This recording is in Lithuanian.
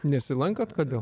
nesilankot kodėl